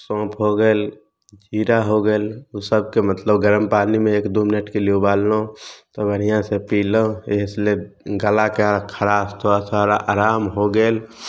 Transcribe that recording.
सोँफ हो गेल खीरा हो गेल ओसबके मतलब गरम पानिमे एक दूुइ मिनटके लिए उबाललहुँ तऽ बढ़िआँसे पिलहुँ एहिसे गलाके खराश थोड़ा सा रा आराम हो गेल